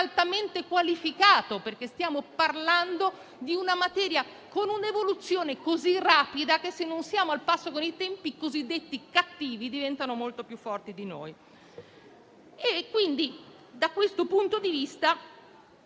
altamente qualificato, perché stiamo parlando di una materia con un'evoluzione così rapida che, se non stiamo al passo con i tempi, i cosiddetti cattivi diventano molto più forti di noi.